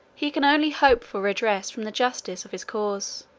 he can only hope for redress from the justice of his cause,